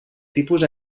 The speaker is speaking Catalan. tipus